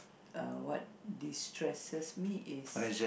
uh what destresses me is